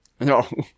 No